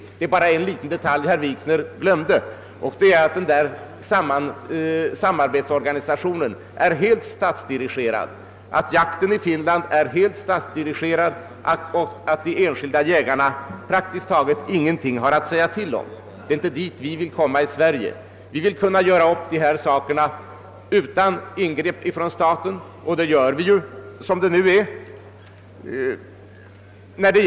Han glömde bara en liten detalj, nämligen att samarbetsorganisationen är helt statsdirigerad, att jakten sålunda också är helt statsdirigerad och att de enskilda jägarna praktiskt taget ingenting har att säga till om. Det är inte dit vi vill komma i Sverige. Vi vill sköta verksamheten utan ingrepp av staten, och det gör vi nu.